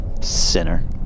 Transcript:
Sinner